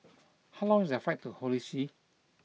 how long is that flight to Holy See